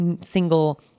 single